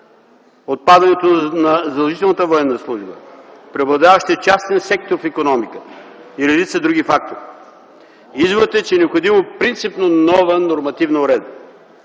военна служба, преобладаващия частен сектор в икономиката и редица други фактори. Изводът е, че е необходимо принципно нова нормативна уредба.